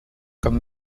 comme